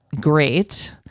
great